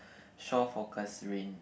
shore for Kasrin